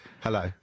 Hello